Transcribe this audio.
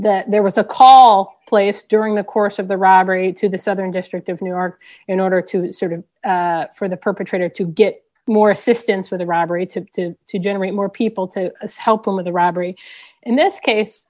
that there was a call placed during the course of the robbery to the southern district of new york in order to sort of for the perpetrator to get more assistance with the robbery to to generate more people to help him with the robbery in this case